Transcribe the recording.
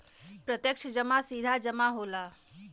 प्रत्यक्ष जमा सीधा जमा होला